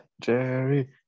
jerry